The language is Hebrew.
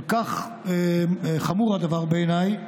כל כך חמור הדבר בעיניי,